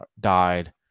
died